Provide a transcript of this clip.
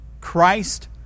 Christ